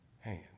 hand